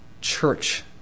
church